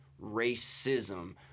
racism